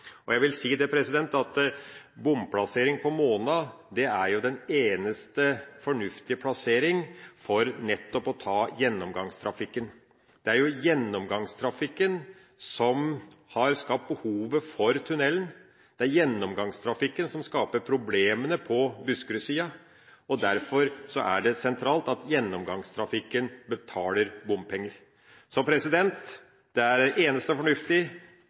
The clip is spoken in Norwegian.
området. Jeg vil si at bomplassering på Måna er den eneste fornuftige plasseringa for nettopp å ta gjennomgangstrafikken. Det er gjennomgangstrafikken som har skapt behovet for tunnelen. Det er gjennomgangstrafikken som skaper problemene på Buskerud-sida, og derfor er det sentralt at gjennomgangstrafikken betaler bompenger. Det er det eneste